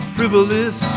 Frivolous